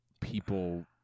people